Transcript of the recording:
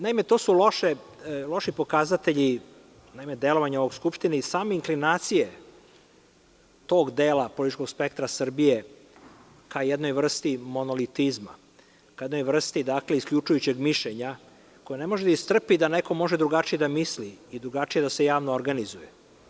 Naime, to su loši pokazatelji delovanja u Skupštini i same inkrinacije tog dela političkog spektra Srbije ka jednoj vrsti monolitizma, ka jednoj vrsti isključujućegmišljenja, koje ne može da istrpi da neko može drugačije da misli i drugačije da se javno organizuje.